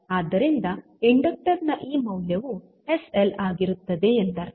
ಆದ್ದರಿಂದ ಇಂಡಕ್ಟರ್ ನ ಈ ಮೌಲ್ಯವು ಎಸ್ ಎಲ್ ಆಗಿರುತ್ತದೆ ಎಂದರ್ಥ